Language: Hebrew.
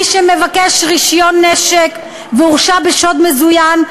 מי שמבקש רישיון נשק והורשע בשוד מזוין,